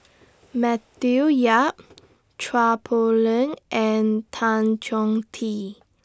Matthew Yap Chua Poh Leng and Tan Chong Tee